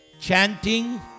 chanting